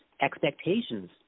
expectations